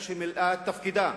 שמילאה את תפקידה